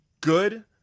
good